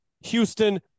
Houston